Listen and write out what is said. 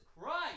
christ